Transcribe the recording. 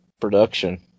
production